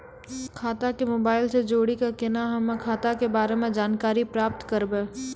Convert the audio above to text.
खाता के मोबाइल से जोड़ी के केना हम्मय खाता के बारे मे जानकारी प्राप्त करबे?